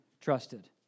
trusted